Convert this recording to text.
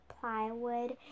plywood